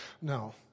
No